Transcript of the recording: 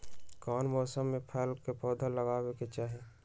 कौन मौसम में फल के पौधा लगाबे के चाहि?